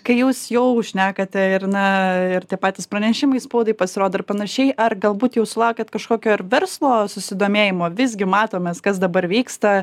kai jūs jau šnekate ir na ir tie patys pranešimai spaudai pasirodo ir panašiai ar galbūt jau sulaukėt kažkokio ir verslo susidomėjimo visgi matom mes kas dabar vyksta